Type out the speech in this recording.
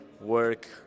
work